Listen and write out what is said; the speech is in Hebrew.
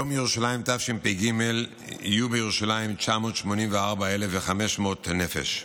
ביום ירושלים תשפ"ג יהיו בירושלים 984,500 נפש.